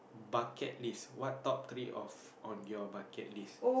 bucket list what top three of on your bucket list